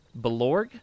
Belorg